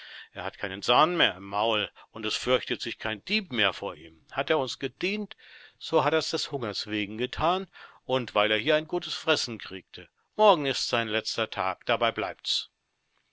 er hat keinen zahn mehr im maul und es fürchtet sich kein dieb mehr vor ihm hat er uns gedient so hat ers des hungers wegen gethan und weil er hier gutes fressen kriegte morgen ist sein letzter tag dabei bleibts